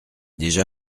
déjà